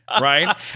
right